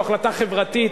זו החלטה חברתית.